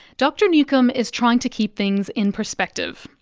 dr newcombe is trying to keep things in perspective.